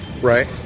Right